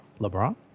LeBron